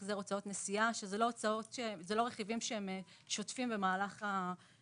החזר הוצאות נסיעה רכיבים שהם לא משולמים